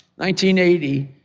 1980